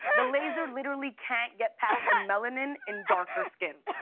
the laser literally can't get past the melanin in darker skin.